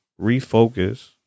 refocus